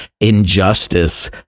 injustice